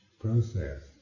process